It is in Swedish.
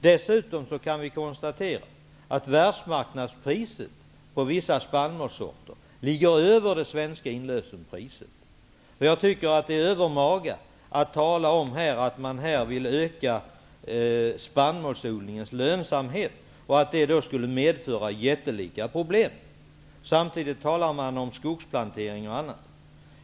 Dessutom kan vi konstatera att världsmarknadspriset på vissa spannmålssorter ligger över det svenska inlösenpriset. Jag tycker därför att det är övermaga att här tala om att man vill öka spannmålsodlingens lönsamhet och att det skulle innebära jättelika problem. Samtidigt talar man om skogsplantering och annat.